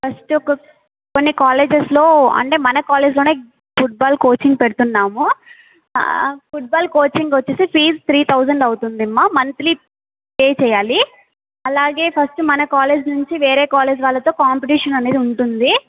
first ఒక కొన్ని కాలేజెస్లో అంటే మన కాలేజ్లోనే ఫుట్బాల్ కోచింగ్ పెడుతున్నాము ఫుట్బాల్ కోచింగ్ వచ్చేసి ఫీజ్ త్రీ థౌజండ్ అవుతుందమ్మ మంత్లీ పే చేయాలి అలాగే ఫస్ట్ మన కాలేజ్ నుంచి వేరే కాలేజ్ వాళ్ళతో కాంపిటీషన్ అనేది ఉంటుంది